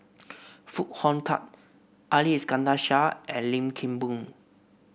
Foo Hong Tatt Ali Iskandar Shah and Lim Kim Boon